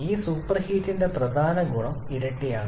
ഈ സൂപ്പർഹീറ്റ്ന്റെ പ്രധാന ഗുണം ഇരട്ടിയാണ്